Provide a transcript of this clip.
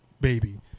baby